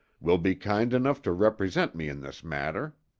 will be kind enough to represent me in this matter.